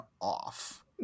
off